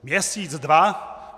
Měsíc, dva.